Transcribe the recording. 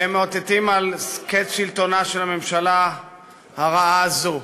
והם מאותתים על קץ שלטונה של הממשלה הרעה הזאת.